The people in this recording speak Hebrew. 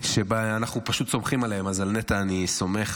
שפשוט אנחנו סומכים עליהם, אז על נטע אני סומך.